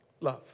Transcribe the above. Love